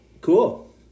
cool